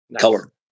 Color